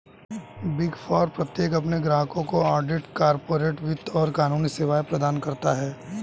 big four प्रत्येक अपने ग्राहकों को ऑडिट, कॉर्पोरेट वित्त और कानूनी सेवाएं प्रदान करता है